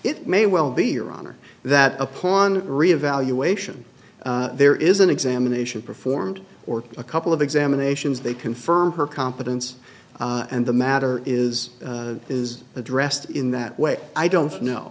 it may well be your honor that upon reevaluation there is an examination performed or a couple of examinations they confirm her competence and the matter is is addressed in that way i don't know